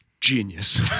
Genius